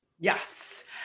Yes